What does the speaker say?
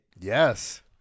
Yes